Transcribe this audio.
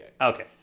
Okay